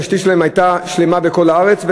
התשתית שלהן הייתה שלמה בכל הארץ,